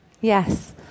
Yes